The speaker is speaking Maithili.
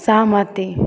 सहमति